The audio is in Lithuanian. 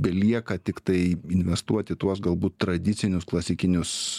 belieka tiktai investuoti į tuos galbūt tradicinius klasikinius